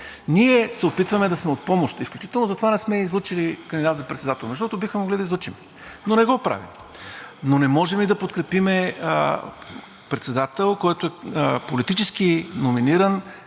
ние се опитваме да сме от помощ – изключително заради това не сме излъчили кандидат за председател. Защото бихме могли да излъчим, но не го правим. Но не можем и да подкрепим председател, който е политически номиниран